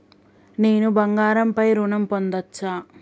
నేను బంగారం పై ఋణం పొందచ్చా?